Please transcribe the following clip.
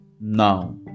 now